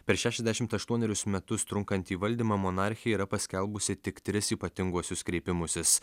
per šešiasdešimt aštuonerius metus trunkantį valdymą monarchija yra paskelbusi tik tris ypatinguosius kreipimusis